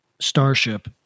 starship